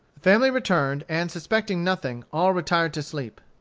the family returned, and, suspecting nothing, all retired to sleep.